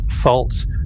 fault